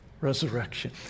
resurrection